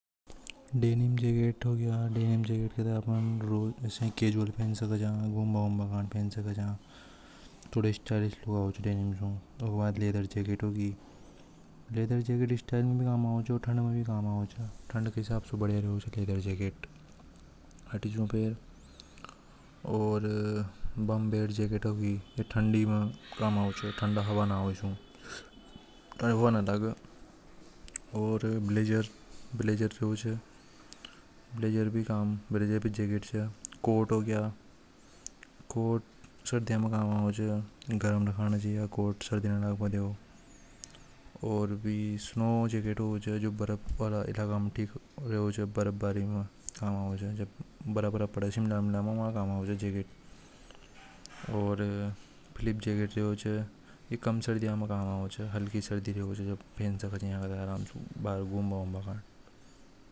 ﻿Denim jacket होगी denim jacket में अपन वर्जुअल पहन सका। उमें थोड़ा स्टालिन लुक आवे च ऊके बाद लीडर जैकेट होगिलदर जैकेट स्टाइल में भी कम आवे च ओर ठंड में भी कम आवे। च हिसाब से बढ़िया रेवे लड़ी जैकेट और बम ब्लड जैकेट ये ठंडी में काम आवे हवा ना लगे और ब्लेजर ब्लेजर भी काम आवे च कोर्ट हो गया कोर्ट गर्म रखने च सर्दियों कीजकेट होवे छ जो बर्फ वाला इलाका में कम आवे च शिमला फ्लिप जैकेट रेवे च जो कम सर्दियां में कम आवे च।